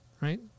right